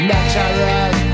Natural